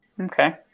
Okay